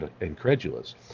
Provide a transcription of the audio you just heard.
Incredulous